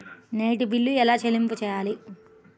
నీటి బిల్లు ఎలా చెల్లింపు చేయాలి?